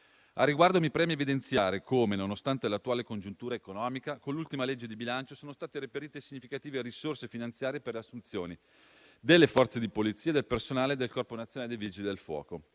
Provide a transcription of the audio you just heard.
Al riguardo, mi preme evidenziare come, nonostante l'attuale congiuntura economica, con l'ultima legge di bilancio sono state reperite significative risorse finanziarie per le assunzioni delle Forze di polizia e del personale del Corpo nazionale dei vigili del fuoco,